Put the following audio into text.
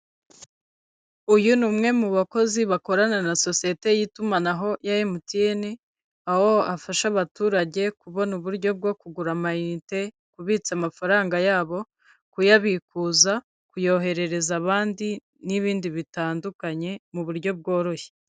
Uyu ni umwe mu bakozi bakorana na sosiyete y'itumanaho ya MTN, aho afasha abaturage kubona uburyo bwo kugura amayinite, kubitsa amafaranga yabo, kuyabikuza, kuyoherereza abandi n'ibindi bitandukanye mu buryo bworoshye.